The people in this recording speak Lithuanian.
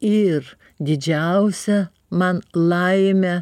ir didžiausią man laimę